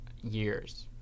years